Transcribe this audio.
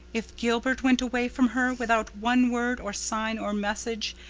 if gilbert went away from her, without one word or sign or message,